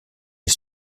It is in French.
les